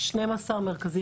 בכל הארץ.